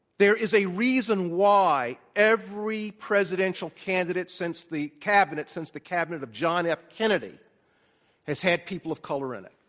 there is a reason why every presidential candidate since the cabinet since the cabinet of john f. kennedy has had people of color in it.